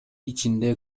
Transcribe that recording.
ичинде